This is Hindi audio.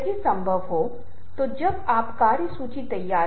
तो रूपरेखा वह होती है जहाँ आप अपने पॉइंट्स संक्षेप में लिखते हैं